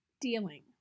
dealing